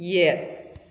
ꯌꯦꯠ